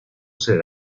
ser